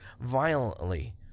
violently